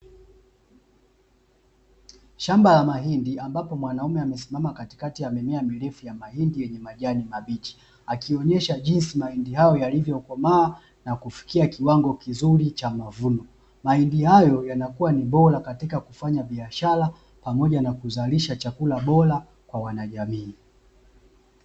Shamba la mahindi ambapo mwanaume amesimama katikati ya mimea mirefu ya mahindi yenye majani mabichi. Akionyesha jinsi mahindi hayo yalivyokomaa na kufikia kiwango kizuri cha mavuno. Mahindi hayo yanakuwa ni bora katika kufanya bishara pamoja na kuzalisha chakula bora kwa wanajamii.